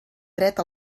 dret